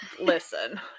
Listen